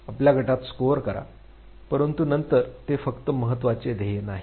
आपल्या गटात स्कोअर करा परंतु नंतर ते फक्त महत्त्वाचे ध्येय नाही